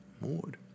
Maud